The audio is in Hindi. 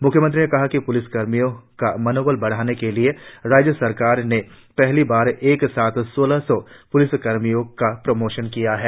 म्ख्यमंत्री ने कहा कि प्लिस कर्मियों का मनोबल बढ़ाने के लिए राज्य सरकार ने पहली बार एक साथ सोलह सौ प्लिस कर्मियों का प्रमोशन किया है